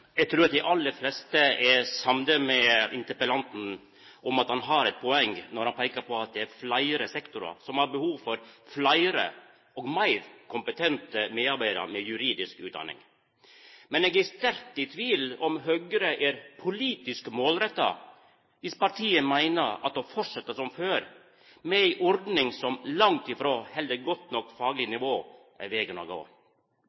Eg trur at dei aller fleste er samde om at interpellanten har eit poeng når han peikar på at det er fleire sektorar som har behov for fleire og meir kompetente medarbeidarar med juridisk utdanning. Men eg er sterkt i tvil om at Høgre er politisk målretta, viss partiet meiner at å fortsetja som før med ei ordning som langt ifrå held eit godt nok fagleg nivå, er vegen å gå.